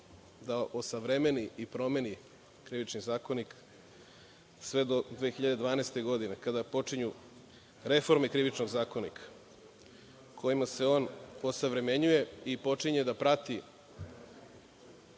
da osavremeni i promeni Krivični zakonik sve do 2012. godine kada počinju reforme Krivičnog zakonika kojima se on osavremenjuje i počinje da prati